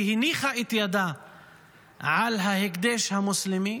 היא הניחה את ידה על ההקדש המוסלמי,